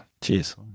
cheers